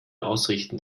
ausrichten